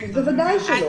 בוודאי שלא.